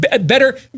Better